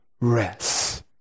rest